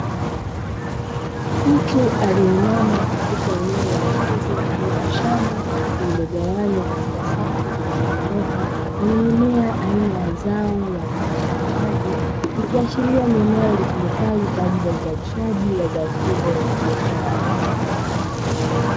Mtu aliyeinama katika eneo la wazi mfano wa shamba, lililogawanywa katika safu zilizonyooka, lenye mimea aina ya zao la vitunguu maji, ikiashiria ni eneo litumikalo kwa ajili ya uzalishaji wa zao hilo la biashara.